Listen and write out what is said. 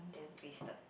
then wasted